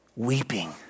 weeping